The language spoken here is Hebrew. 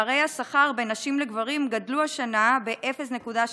פערי השכר בין נשים לגברים גדלו השנה ב-0.2%,